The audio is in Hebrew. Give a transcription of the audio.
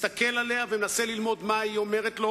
מסתכל עליה ומנסה ללמוד מה היא אומרת לו,